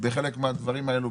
בחלק מהדברים האלו,